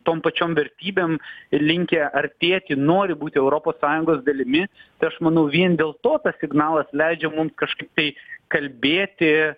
tom pačiom vertybėm ir linkę artėti nori būti europos sąjungos dalimi tai aš manau vien dėl to tas signalas leidžia mums kažkaip tai kalbėti